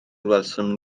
welsom